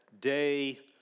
day